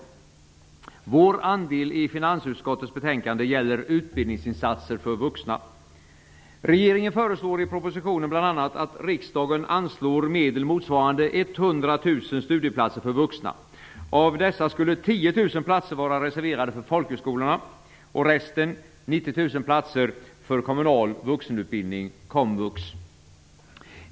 Kulturutskottets andel i finansutskottets betänkande gäller utbildningsinsatser för vuxna. Regeringen föreslår i propositionen bl.a. att riksdagen anslår medel motsvarande 100 000 studieplatser för vuxna. Av dessa skulle 10 000 platser vara reserverade för folkhögskolorna och de resterande 90 000 platserna för kommunal vuxenutbildning, komvux.